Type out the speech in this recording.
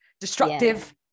Destructive